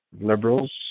liberals